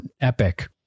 epic